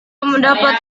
mendapat